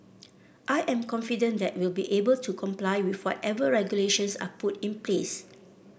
I am confident that we'll be able to comply with whatever regulations are put in place